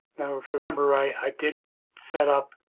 now remember right i did set up